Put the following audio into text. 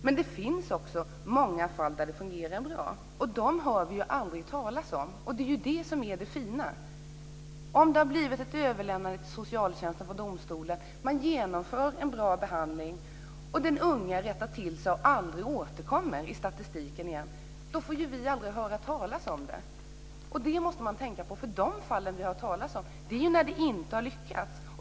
Men det finns också många fall där det fungerar bra, och dem hör vi aldrig talas om. Det är ju det som är det fina: Om det har blivit ett överlämnande till socialtjänsten från domstolen, man genomför en bra behandling och den unge rättar till sig och aldrig återkommer i statistiken igen, då får vi ju aldrig höra talas om det. Det måste man tänka på. De fall vi hör talas om är ju när det inte har lyckats.